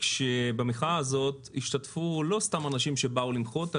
כשבמחאה הזאת השתתפו לא סתם אנשים שבאו למחות,